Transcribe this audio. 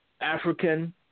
African